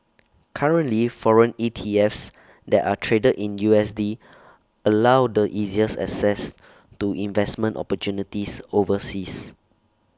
currently foreign ETFs that are traded in U S D allow the easiest access to investment opportunities overseas